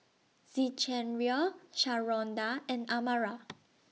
Zechariah Sharonda and Amara